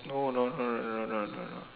no no no no no no no no